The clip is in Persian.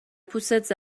پوستت